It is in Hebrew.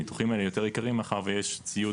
הניתוחים האלה יותר יקרים מאחר שיש ציוד